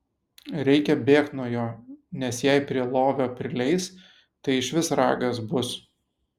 reikia bėgt nuo jo nes jei prie lovio prileis tai išvis ragas bus